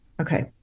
Okay